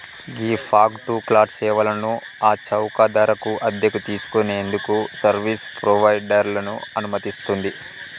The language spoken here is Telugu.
గీ ఫాగ్ టు క్లౌడ్ సేవలను ఆ చౌక ధరకు అద్దెకు తీసుకు నేందుకు సర్వీస్ ప్రొవైడర్లను అనుమతిస్తుంది